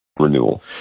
renewal